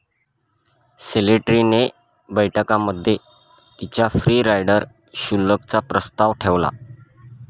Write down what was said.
Slattery ने बैठकीमध्ये तिच्या फ्री राईडर शुल्क चा प्रस्ताव ठेवला